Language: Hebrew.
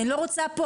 אני לא רוצה פה,